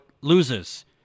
loses